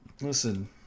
Listen